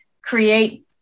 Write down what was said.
create